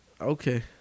okay